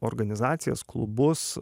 organizacijas klubus